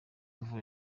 uvura